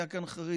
היו כאן חרדים,